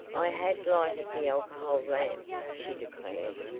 i had lighted the alcohol lamp, she declared,